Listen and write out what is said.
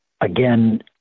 again